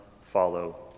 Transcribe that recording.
follow